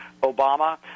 Obama